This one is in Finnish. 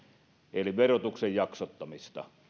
eli verotuksen jaksottamisesta